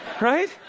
right